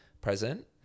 present